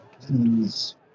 Please